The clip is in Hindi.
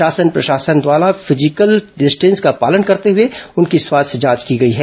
शासन प्रशासन द्वारा फिजिकल डिस्टेंस का पालन करते हुए उनकी स्वास्थ्य जांच की गई है